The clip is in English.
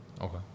Okay